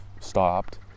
stopped